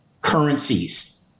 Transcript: currencies